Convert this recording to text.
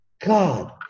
God